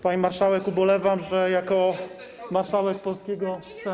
Pani marszałek, ubolewam, że jako marszałek polskiego.